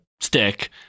stick